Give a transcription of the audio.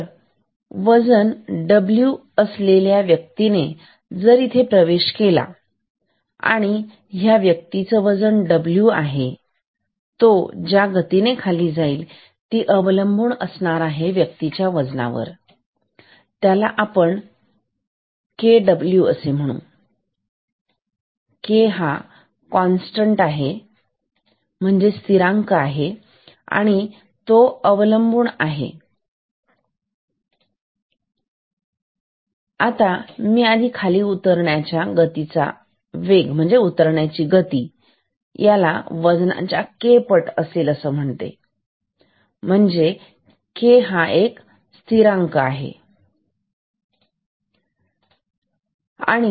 तर वजन W w असलेल्या व्यक्तीने जर इथे प्रवेश केला हा व्यक्ती आहे याचे वजन डब्ल्यू w इतकी आहे आणि तो ज्या गतीने खाली जाईल ती अवलंबून असणार आहे व्यक्तीच्या वजनावर त्याला आपण KW असे म्हणून K हा कॉन्स्टंट आहे स्थिरांक आहे आणि तो अवलंबून आहे आता मी आधी खाली उतरण्याच्या वेग याला वजनाच्या K पट आहे असे म्हणणार K हा स्थिरांक आहे जो अवलंबून आहे लिफ्ट मधील घटकावर